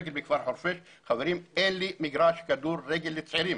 חברים, אין לי מגרש כדורגל לצעירים